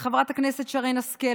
לחברת הכנסת שרן השכל,